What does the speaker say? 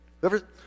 whoever